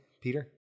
Peter